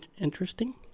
Interesting